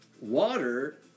water